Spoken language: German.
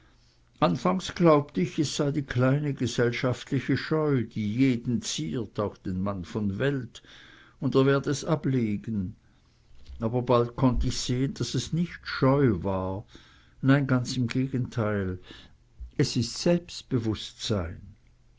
anfangs glaubt ich es sei die kleine gesellschaftliche scheu die jeden ziert auch den mann von welt und er werd es ablegen aber bald konnt ich sehen daß es nicht scheu war nein ganz im gegenteil es ist selbstbewußtsein